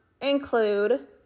include